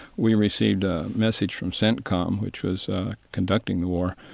we received a message from centcom, which was conducting the war,